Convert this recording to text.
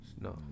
no